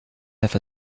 have